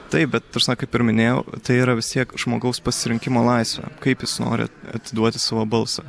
taip bet ta prasme kaip ir minėjau tai yra vis tiek žmogaus pasirinkimo laisvė kaip jis nori atiduoti savo balsą